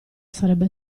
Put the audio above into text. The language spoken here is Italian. sarebbe